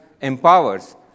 empowers